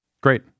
Great